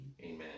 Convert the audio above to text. Amen